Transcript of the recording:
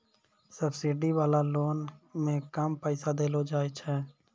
subsidy वाला loan मे कम पैसा देलो जाय छै